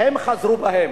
והם חזרו בהם,